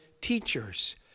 teachers